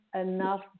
enough